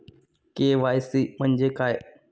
KYC म्हणजे काय आहे?